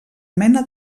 mena